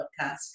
podcast